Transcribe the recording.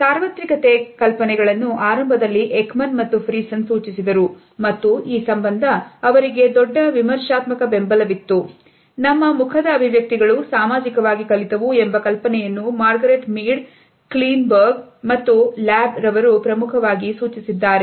ಸಾರ್ವತ್ರಿಕತೆ ಕಲ್ಪನೆಗಳನ್ನು ಆರಂಭದಲ್ಲಿ ಏಕಮನ್ ಮತ್ತು ಪ್ರಸನ್ ಸೂಚಿಸಿದರು ಮತ್ತು ಈ ಸಂಬಂಧ ಅವರಿಗೆ ದೊಡ್ಡ ವಿಮರ್ಶಾತ್ಮಕ ಬೆಂಬಲವಿತ್ತು ನಮ್ಮ ಮುಖದ ಅಭಿವ್ಯಕ್ತಿಗಳು ಸಾಮಾಜಿಕವಾಗಿ ಕಲಿತವು ಎಂಬ ಕಲ್ಪನೆಯನ್ನು ಮಾರ್ಗರೆಟ್ ಮೇಡ್ ಕ್ಲೀನ್ ಬರ್ಗ ಮತ್ತು ಲ್ಯಾಬ್ ರವರು ಪ್ರಮುಖವಾಗಿ ಸೂಚಿಸಿದ್ದಾರೆ